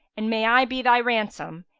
and may i be thy ransom!